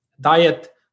diet